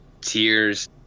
tears